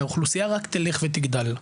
הרי האוכלוסייה רק תלך ותגדל,